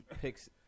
picks